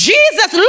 Jesus